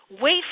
Wait